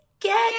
Get